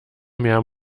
mehr